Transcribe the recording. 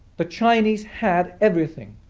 the chinese had everything.